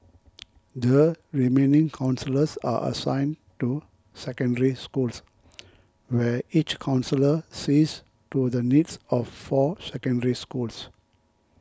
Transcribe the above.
the remaining counsellors are assigned to Secondary Schools where each counsellor sees to the needs of four Secondary Schools